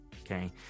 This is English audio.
Okay